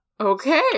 Okay